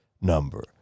number